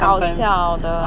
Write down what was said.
搞笑的